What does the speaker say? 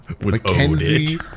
Mackenzie